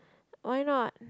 why not